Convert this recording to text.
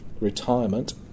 retirement